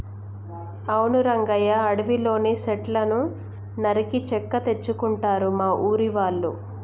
అవును రంగయ్య అడవిలోని సెట్లను నరికి చెక్క తెచ్చుకుంటారు మా ఊరి వాళ్ళు